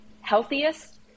healthiest